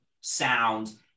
sound